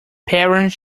parents